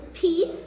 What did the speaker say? Peace